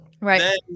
Right